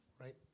right